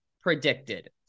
predicted